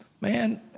Man